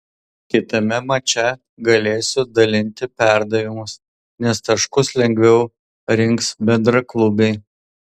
kitame mače galėsiu dalinti perdavimus nes taškus lengviau rinks bendraklubiai